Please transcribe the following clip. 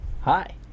Hi